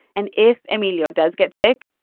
and if emilio does get sick,